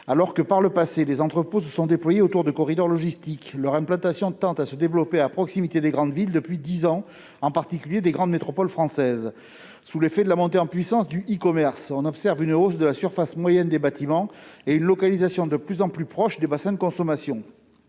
Alors que les entrepôts se sont déployés par le passé autour de corridors logistiques, leur implantation tend, depuis dix ans, à se développer à proximité des grandes villes, en particulier les grandes métropoles françaises. Sous l'effet de la montée en puissance du e-commerce, on observe une hausse de la surface moyenne des bâtiments et une localisation de plus en plus proche des bassins de consommation.